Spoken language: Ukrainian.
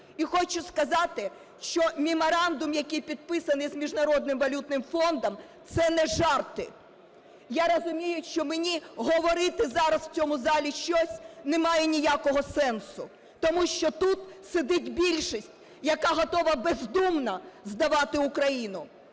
І хочу сказати, що меморандум, який підписаний з Міжнародним валютним фондом, це не жарти. Я розумію, що мені говорити зараз в цьому залі щось немає ніякого сенсу, тому що тут сидить більшість, яка готова бездумно здавати Україну.